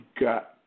got